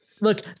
Look